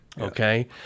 Okay